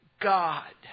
God